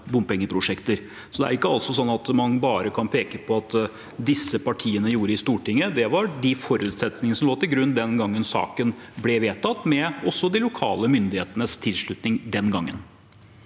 bompengeprosjekter. Det er ikke sånn at man bare kan peke på hva disse partiene gjorde i Stortinget. Det var de forutsetningene som lå til grunn den gangen saken ble vedtatt, også med de lokale myndighetenes tilslutning den gangen.